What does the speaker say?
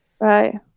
right